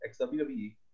XWWE